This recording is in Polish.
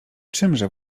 czymże